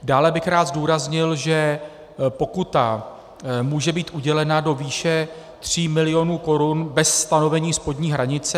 Dále bych rád zdůraznil, že pokuta může být udělena do výše 3 milionů korun bez stanovení spodní hranice.